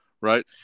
right